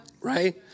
Right